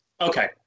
Okay